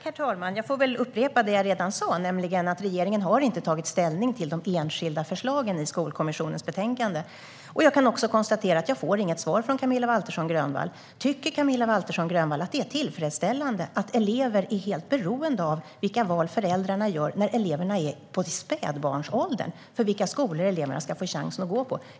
Herr talman! Jag upprepar det som jag sa, att regeringen inte har tagit ställning till de enskilda förslagen i Skolkommissionens betänkande. Jag kan också konstatera att jag inte får något svar från Camilla Waltersson Grönvall. Tycker Camilla Waltersson Grönvall att det är tillfredsställande att elever är helt beroende av vilka val föräldrarna gör när eleverna är i spädbarnsåldern av vilka skolor eleverna ska få chans att gå i?